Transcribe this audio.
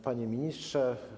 Panie Ministrze!